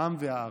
העם והארץ.